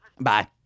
Bye